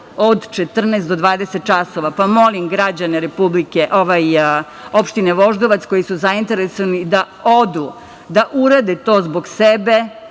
od 14 do 20 časova, pa molim građane opštine Voždovac koji su zainteresovani da odu, da urade to zbog sebe,